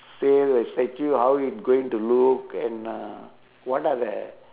say the statue how it going to look and uh what are the